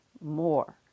more